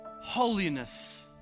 holiness